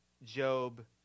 Job